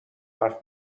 حرف